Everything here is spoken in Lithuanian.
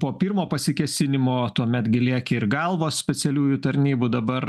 po pirmo pasikėsinimo tuomet gi lėkė ir galvos specialiųjų tarnybų dabar